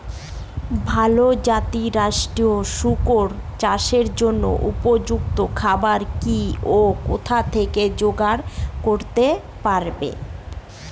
ভালো জাতিরাষ্ট্রের শুকর চাষের জন্য উপযুক্ত খাবার কি ও কোথা থেকে জোগাড় করতে পারব?